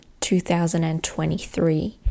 2023